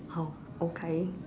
oh okay